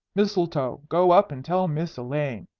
mistletoe, go up and tell miss elaine.